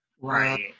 right